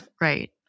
Right